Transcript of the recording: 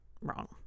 wrong